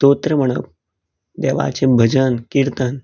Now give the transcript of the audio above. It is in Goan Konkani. स्तोत्र म्हणप देवाचें भजन किर्तन